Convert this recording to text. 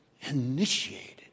Initiated